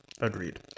Agreed